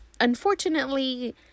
unfortunately